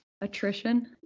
attrition